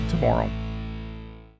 tomorrow